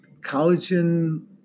collagen